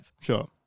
Sure